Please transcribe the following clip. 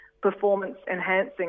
performance-enhancing